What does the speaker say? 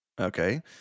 okay